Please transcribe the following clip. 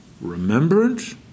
Remembrance